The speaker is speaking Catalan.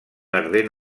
ardent